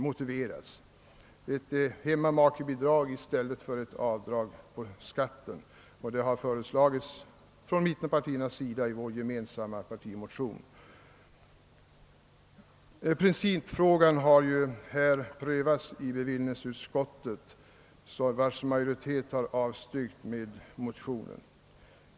Det gäller ett hemmamakebidrag i stället för det avdrag på skatt som föreslagits från mittenpartierna i vår gemensamma partimotion. Principfrågan har prövats i bevillningsutskottet, vars majoritet avstyrkt motionen.